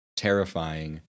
terrifying